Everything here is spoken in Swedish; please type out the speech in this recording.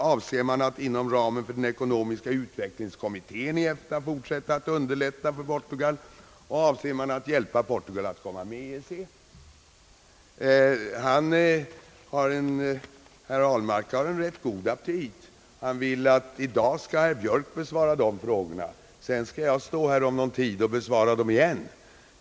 Avser man att inom ramen för den ekonomiska utvecklingskommittén fortsätta att underlätta för Portugal, och avser man att hjälpa Portugal att komma med i EEC? Herr Ahlmark har rätt god aptit. Han vill att herr Björk skall besvara de där frågorna i dag. Sedan skall jag stå här om någon tid och besvara dem igen.